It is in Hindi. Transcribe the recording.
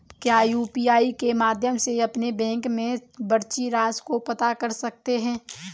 क्या यू.पी.आई के माध्यम से अपने बैंक में बची राशि को पता कर सकते हैं?